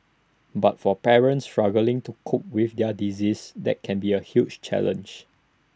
but for parents struggling to cope with their disease that can be A huge challenge